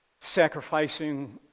sacrificing